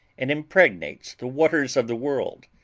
and impregnates the waters of the world,